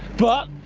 but,